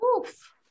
Oof